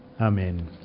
Amen